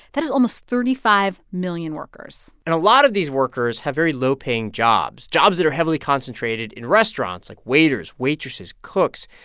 that is almost thirty five million workers and a lot of these workers have very low-paying jobs jobs that are heavily concentrated in restaurants, like waiters, waitresses, cooks.